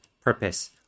purpose